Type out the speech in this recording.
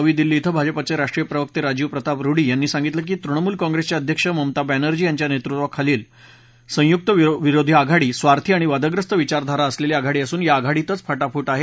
नवी दिल्ली इथं भाजपाचे राष्ट्रीय प्रवक्ते राजीव प्रताप रुडी यांनी सांगितलं की तृणमूल काँप्रेसच्या अध्यक्ष ममता बॅनर्जी यांच्या नेतृत्वाखालील संयुक्त विरोधी आघाडी स्वार्थी आणि वादग्रस्त विचारधारा असलेली आघाडी असून या आघाडीतच फाटाफूट आहे